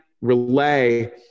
relay